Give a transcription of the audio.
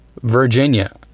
Virginia